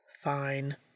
Fine